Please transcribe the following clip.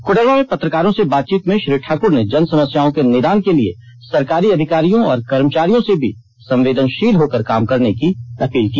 कोडरमा में पत्रकारों से बातचीत में श्री ठाकुर ने जनसमस्याओं के निदान के लिए सरकारी अधिकारियों और कर्मचारियों से भी संवेदनशील होकर काम करने की अपील की